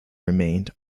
remained